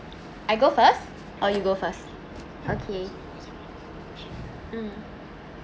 I go first or you go first okay mm